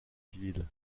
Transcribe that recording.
civile